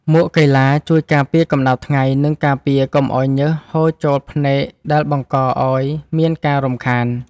មួកកីឡាជួយការពារកម្ដៅថ្ងៃ និងការពារកុំឱ្យញើសហូរចូលភ្នែកដែលបង្កឱ្យមានការរំខាន។